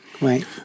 Right